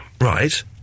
Right